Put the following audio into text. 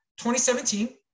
2017